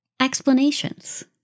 explanations